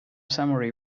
summary